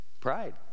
pride